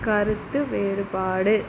கருத்து வேறுபாடு